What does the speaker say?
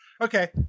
Okay